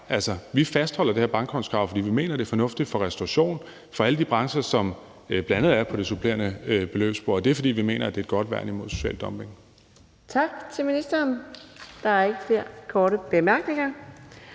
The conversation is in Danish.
Vi fastholder det her bankkontokrav, fordi vi mener, det er fornuftigt for restaurationsbranchen og alle de brancher, som bl.a. er på det supplerende beløbsordning, og det er, fordi vi mener, det er et godt værn mod social dumping.